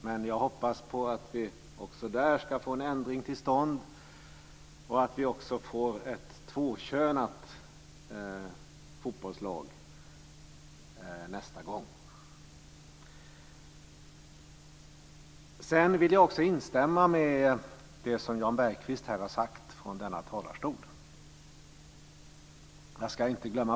Men jag hoppas att vi också där ska få en ändring till stånd och att vi får ett tvåkönat fotbollslag nästa gång. Jag ska inte heller glömma bort att tacka Matz Hammarström och Miljöpartiet för gott samarbete när jag ändå håller på.